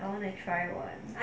I want to try [one]